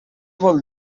vol